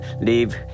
leave